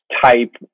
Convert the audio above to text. type